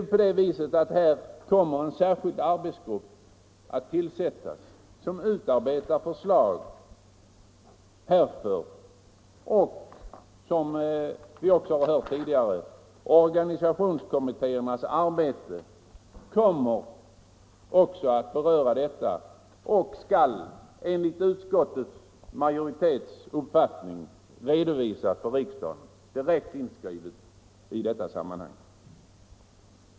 Det kommer att tillsättas en särskild arbetsgrupp för att utarbeta förslag om detta, och även organisationskommittéerna kommer, som vi hört tidigare, att arbeta med detta, och de skall enligt utskottsmajoritetens uppfattning redovisa till riksdagen.